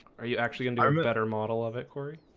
are you actually entire matter model of it cory?